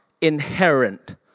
inherent